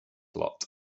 lot